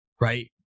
Right